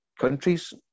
countries